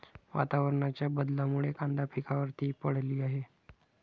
वातावरणाच्या बदलामुळे कांदा पिकावर ती पडली आहे